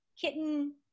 kitten